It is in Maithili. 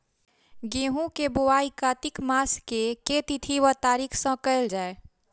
गेंहूँ केँ बोवाई कातिक मास केँ के तिथि वा तारीक सँ कैल जाए?